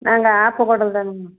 நாங்கள் ஆப்பக்கூடல்லேந்து